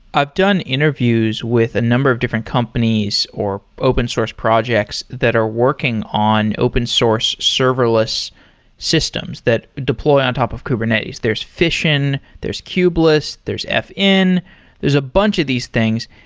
i've done interviews with a number of different companies or open source projects that are working on open source serverless systems that deploy on top of kubernetes. there's fission, there's kubeless, there's fn. there's a bunch of these things.